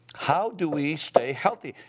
how do we stay healthy?